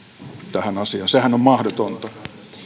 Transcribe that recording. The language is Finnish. tähän asiaan sehän on mahdotonta